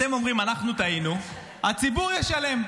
אתם אומרים: אנחנו טעינו, הציבור ישלם.